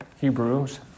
Hebrews